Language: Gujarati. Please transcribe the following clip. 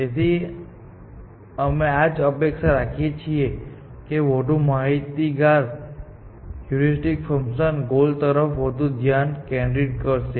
તેથી અમે આ જ અપેક્ષા રાખીએ છીએ કે વધુ માહિતગાર હ્યુરિસ્ટિક ફંકશન ગોલ તરફ વધુ ધ્યાન કેન્દ્રિત કરશે